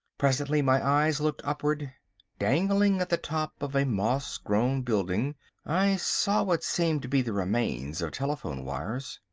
presently my eyes looked upward dangling at the top of a moss-grown building i saw what seemed to be the remains of telephone wires.